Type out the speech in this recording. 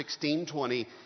1620